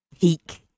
Peak